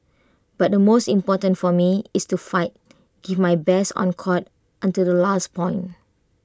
but the most important for me it's to fight give my best on court until the last point